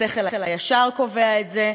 השכל הישר קובע את זה.